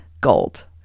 gold